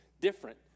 different